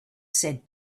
said